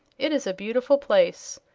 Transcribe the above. it is a beautiful place.